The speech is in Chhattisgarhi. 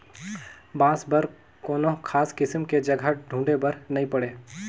बांस बर कोनो खास किसम के जघा ढूंढे बर नई पड़े